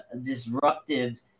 disruptive